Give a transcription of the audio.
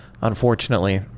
Unfortunately